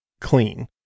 clean